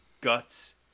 guts